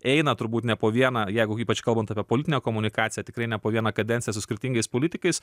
eina turbūt ne po vieną jeigu ypač kalbant apie politinę komunikaciją tikrai ne po vieną kadenciją su skirtingais politikais